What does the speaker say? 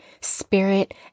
spirit